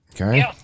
Okay